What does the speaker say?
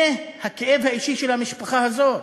זה הכאב האישי של המשפחה הזאת,